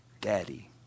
daddy